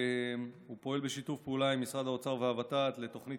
הוא פועל בשיתוף פעולה עם משרד הפעולה והות"ת לתוכנית